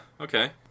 okay